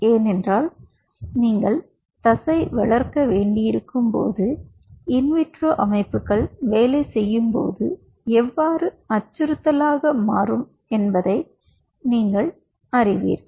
ஏனென்றால் நீங்கள் தசை வளர்க்க வேண்டியிருக்கும் போது இன் விட்ரோ அமைப்புகள் வேலை செய்யும்போது எவ்வாறு அச்சுறுத்தலாக மாறும் என்பதை நீங்கள் அறிவீர்கள்